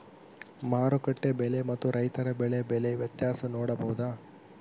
ಮಾರುಕಟ್ಟೆ ಬೆಲೆ ಮತ್ತು ರೈತರ ಬೆಳೆ ಬೆಲೆ ವ್ಯತ್ಯಾಸ ನೋಡಬಹುದಾ?